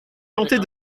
tentée